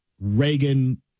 Reagan